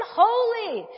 holy